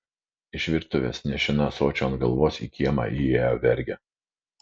iš virtuvės nešina ąsočiu ant galvos į kiemą įėjo vergė